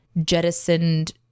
jettisoned